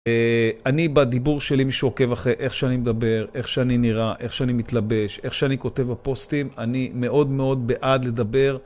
אני בדיבור שלי, מי שעוקב אחרי איך שאני מדבר, איך שאני נראה, איך שאני מתלבש, איך שאני כותב הפוסטים, אני מאוד מאוד בעד לדבר.